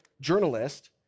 journalist